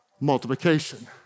multiplication